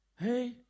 Hey